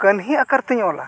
ᱠᱟᱹᱦᱱᱤ ᱟᱠᱟᱨᱛᱮᱧ ᱚᱞᱟ